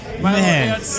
Man